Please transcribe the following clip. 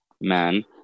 man